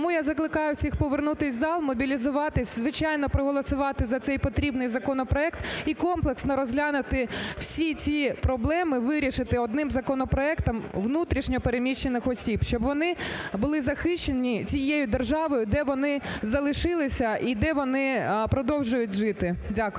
Тому я закликаю всіх повернутись в зал, мобілізуватись, звичайно, проголосувати за цей потрібний законопроект і комплексно розглянути всі ці проблеми, вирішити одним законопроектом внутрішньо переміщених осіб. Щоб вони були захищені цією державою, де вони залишились і де вони продовжують жити. Дякую.